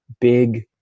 big